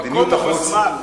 מדיניות החוץ, במקום ובזמן.